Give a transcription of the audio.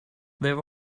there